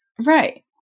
Right